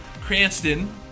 Cranston